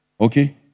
okay